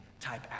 type